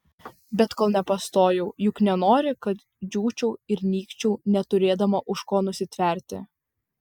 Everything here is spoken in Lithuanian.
bet kol nepastojau juk nenori kad džiūčiau ir nykčiau neturėdama už ko nusitverti